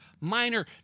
minor